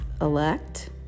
elect